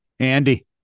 Andy